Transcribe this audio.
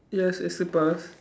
yes is slippers